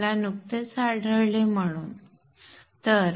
आम्हाला नुकतेच आढळले म्हणून